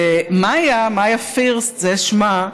מאיה, מאיה פירסט, זה שמה,